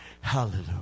Hallelujah